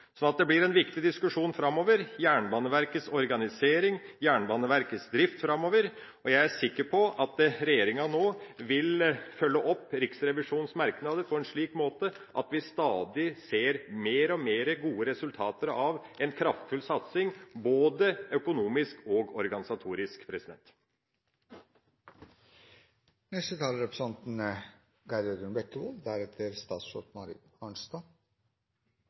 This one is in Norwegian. Det blir en viktig diskusjon framover om Jernbaneverkets organisering og Jernbaneverkets drift. Jeg er sikker på at regjeringa nå vil følge opp Riksrevisjonens merknader på en slik måte at vi stadig ser flere gode resultater av en kraftfull satsing både økonomisk og organisatorisk. Riksrevisjonens rapport er